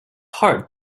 heart